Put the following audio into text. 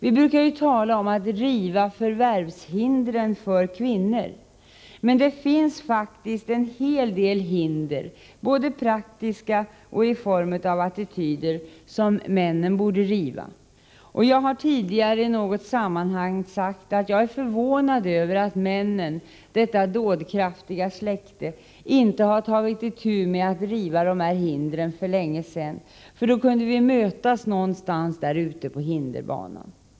Vi brukar tala om att riva förvärvshindren för kvinnor, men det finns faktiskt en hel del hinder, både praktiska och i form av attityder, som männen borde riva. Jag har tidigare i något sammanhang sagt att jag är förvånad över att männen — detta dådkraftiga släkte — inte har tagit itu med att riva dessa hinder för länge sedan. Då kunde vi ha mötts någonstans där ute på hinderbanan.